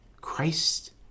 Christ